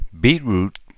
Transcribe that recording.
Beetroot